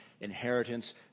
inheritance